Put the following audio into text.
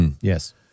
Yes